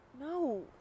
No